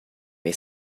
may